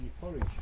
porridge